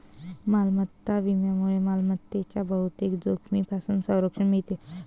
मालमत्ता विम्यामुळे मालमत्तेच्या बहुतेक जोखमींपासून संरक्षण मिळते